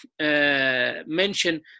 mention